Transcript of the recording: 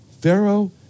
Pharaoh